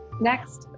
Next